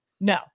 no